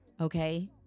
okay